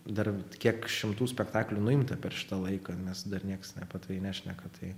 dar kiek šimtų spektaklių nuimta per šitą laiką nes dar niekas apie tai nešneka tai